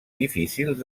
difícils